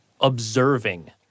observing